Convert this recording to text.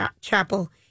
Chapel